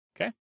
Okay